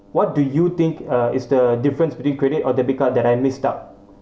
what do you think uh is the difference between credit or debit card that I missed out